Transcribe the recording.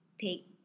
take